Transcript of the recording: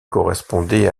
correspondait